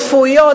רפואיות,